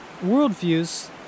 worldviews